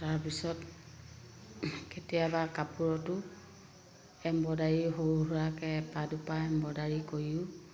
তাৰপিছত কেতিয়াবা কাপোৰতো এম্ব্ৰইডাৰী সৰু সুৰাকৈ এপাহ দুপাহ এম্ব্ৰইডাৰী কৰিও